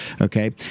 okay